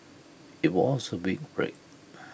IT was A big break